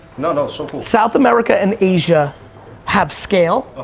no no, so cool. south america and asia have scale,